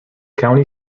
county